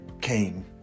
came